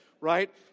right